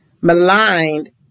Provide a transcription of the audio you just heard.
maligned